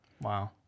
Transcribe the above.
wow